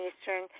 Eastern